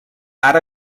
ara